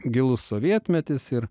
gilus sovietmetis ir